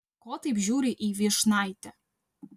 ko taip žiūri į vyšnaitę